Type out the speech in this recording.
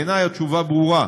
בעיני התשובה ברורה: